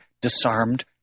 disarmed